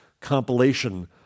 compilation